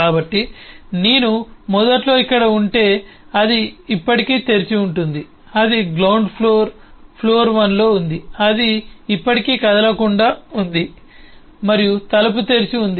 కాబట్టి నేను మొదట్లో ఇక్కడ ఉంటే అది ఇప్పటికీ తెరిచి ఉంది అంటే అది గ్రౌండ్ ఫ్లోర్ ఫ్లోర్ 1 లో ఉంది అది ఇప్పటికీ కదలకుండా ఉంది మరియు తలుపు తెరిచి ఉంది